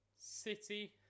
City